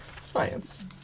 Science